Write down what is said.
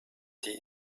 die